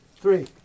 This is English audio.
Three